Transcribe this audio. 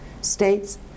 states